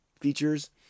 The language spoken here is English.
features